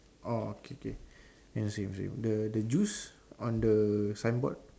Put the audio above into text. oh okay K ya same same the the juice on the signboard